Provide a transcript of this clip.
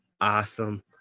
awesome